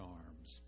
arms